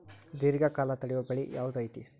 ದೇರ್ಘಕಾಲ ತಡಿಯೋ ಬೆಳೆ ಯಾವ್ದು ಐತಿ?